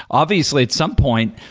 obviously at some point,